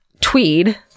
tweed